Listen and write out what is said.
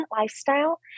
lifestyle